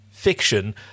Fiction